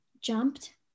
jumped